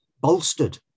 bolstered